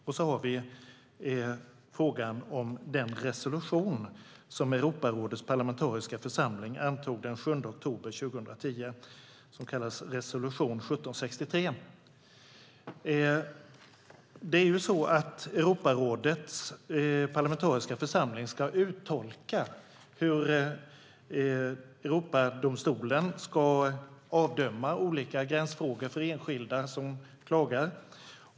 Vidare har vi frågan om den resolution som Europarådets parlamentariska församling antog den 7 oktober 2010 - resolution 1763. Europarådets parlamentariska församling ska uttolka hur Europadomstolen ska avdöma olika gränsfrågor för enskilda som klagar.